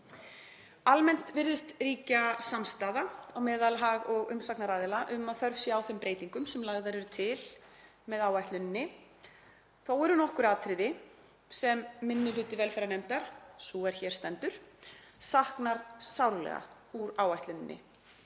Almennt virðist ríkja samstaða á meðal hag- og umsagnaraðila um að þörf sé á þeim breytingum sem lagðar eru til með áætluninni. Þó eru nokkur atriði sem minni hluti velferðarnefndar, sú er hér stendur, saknar sárlega úr áætluninni,